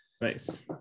nice